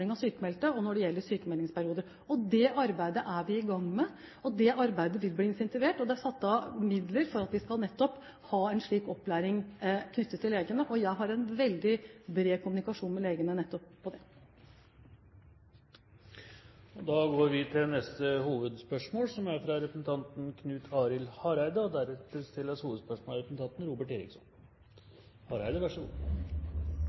av sykmeldte når det gjelder sykmeldingsperioden. Det arbeidet er vi i gang med, og det arbeidet vil bli intensivert. Det er satt av midler for at vi nettopp skal ha en slik opplæring av legene. Jeg har en veldig bred kommunikasjon med legene nettopp på det. Da går vi til neste hovedspørsmål. Eg vil stille mitt spørsmål til arbeidsministeren. Talet på fattige barn i Noreg har auka med 50 000 dei siste fem åra, og